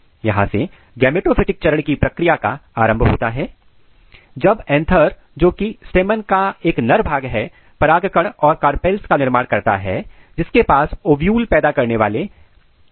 यहां से गेमेटोफिटिक चरण की प्रक्रिया का आरंभ होता है जब anthers एथर जो कि स्टेमैन का एक नर भाग है परागकण और कार्पेल्स का निर्माण करता है जिसके पास ओव्यूल पैदा करने वाला एंब्रियो सेक होता है